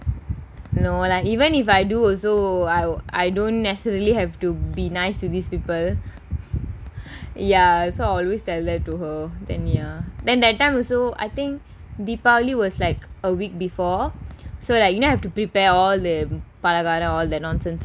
no lah even if I do also I I don't necessarily have to be nice to these people ya so always tell them you know so ya then that time also I think deepavali was like a week before so like you know have to prepare all the palakaram all that nonsense right